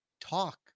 talk